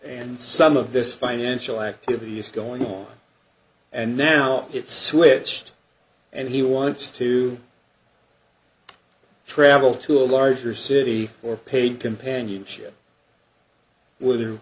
and some of this financial activity is going on and now it's switched and he wants to travel to a larger city for paid companionship whether